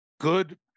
good